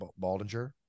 Baldinger